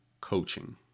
coaching